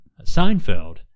Seinfeld